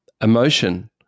emotion